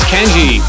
Kenji